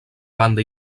banda